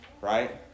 Right